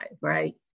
right